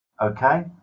okay